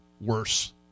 worse